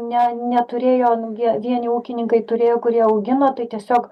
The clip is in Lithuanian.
ne neturėjo nu gė vieni ūkininkai turėjo kurie augino tai tiesiog